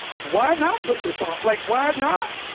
why not put this on? like, why not?